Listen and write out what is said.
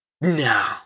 now